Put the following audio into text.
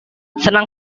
senang